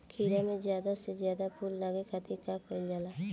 खीरा मे ज्यादा से ज्यादा फूल लगे खातीर का कईल जाला?